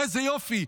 איזה יופי,